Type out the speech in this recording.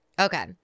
Okay